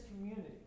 community